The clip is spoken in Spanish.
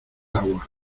agua